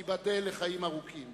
תיבדל לחיים ארוכים.